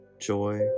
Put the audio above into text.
joy